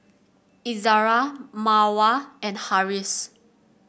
Izzara Mawar and Harris